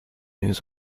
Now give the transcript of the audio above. news